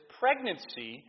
pregnancy